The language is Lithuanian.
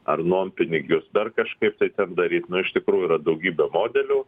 ar nuompinigius dar kažkaip tai ten daryt nu iš tikrųjų yra daugybė modelių